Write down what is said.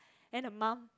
then the mum